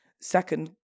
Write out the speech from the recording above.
second